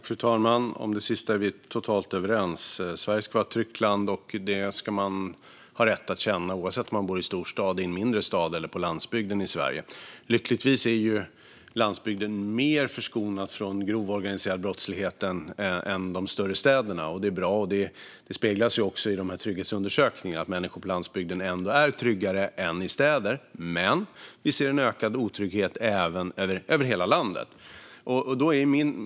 Fru talman! Om det sista är vi totalt överens. Sverige ska vara ett tryggt land, och det ska man ha rätt att känna oavsett om man bor i en storstad, i en mindre stad eller på landsbygden i Sverige. Lyckligtvis är landsbygden mer förskonad från grov organiserad brottslighet än de större städerna. Det är bra. Det speglas också i trygghetsundersökningarna att människor på landsbygden är tryggare än människor i städer, men vi ser en ökad otrygghet över hela landet.